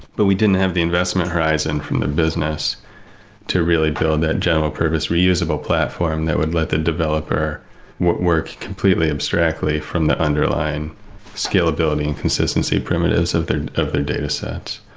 but we didn't have the investment horizon from the business to really build that general purpose reusable platform that would let the developer work completely abstractly from the underlying scalability and consistency primitives of their of their dataset.